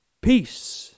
Peace